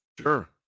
Sure